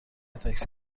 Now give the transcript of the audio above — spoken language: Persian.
تاکسی